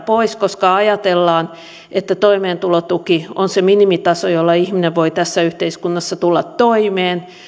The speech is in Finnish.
pois koska ajatellaan että toimeentulotuki on se minimitaso jolla ihminen voi tässä yhteiskunnassa tulla toimeen